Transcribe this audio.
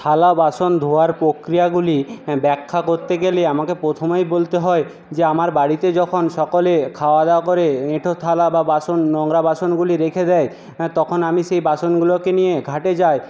থালা বাসন ধোয়ার প্রক্রিয়াগুলি ব্যাখ্যা করতে গেলে আমাকে প্রথমেই বলতে হয় যে আমার বাড়িতে যখন সকলে খাওয়াদাওয়া করে এঁঠো থালা বা বাসন নোংরা বাসনগুলি রেখে দেয় তখন আমি সেই বাসনগুলোকে নিয়ে ঘাটে যাই